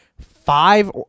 five